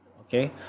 okay